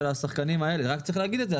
של השחקנים האלה אלא שצריך להגיד את זה.